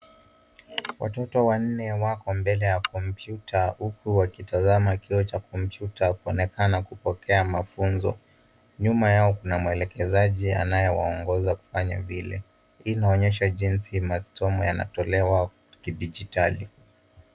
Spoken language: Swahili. Watoto wanne wako mbele ya kompyuta huku wakitazama kioo cha kompyuta kuonekana kupokea mafunzo. Nyuma yao kuna mwelekezaji anayewaongoza kufanya vile. Hii inaonyesha jinsi masomo yanatolewa kidijitali.